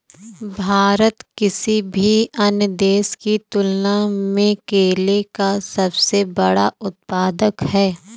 भारत किसी भी अन्य देश की तुलना में केले का सबसे बड़ा उत्पादक है